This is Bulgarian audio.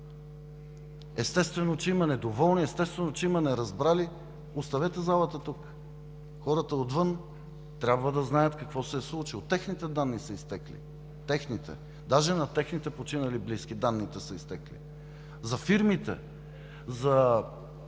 Естествено, че има недоволни, естествено, че има неразбрали. Оставете залата тук! Хората отвън трябва да знаят какво се е случило – техните данни са изтекли! Техните! Даже данните на техните починали близки са изтекли, за фирмите, за